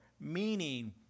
meaning